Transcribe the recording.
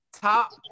top